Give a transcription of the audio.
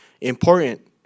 important